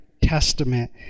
testament